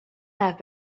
have